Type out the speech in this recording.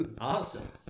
Awesome